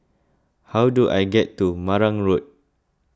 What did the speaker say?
how do I get to Marang Road